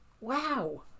wow